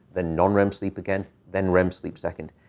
then non-rem sleep again, then rem sleep second.